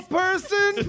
person